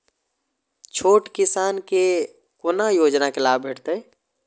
छोट किसान के कोना योजना के लाभ भेटते?